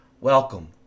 Welcome